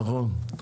נכון.